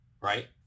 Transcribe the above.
Right